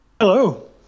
Hello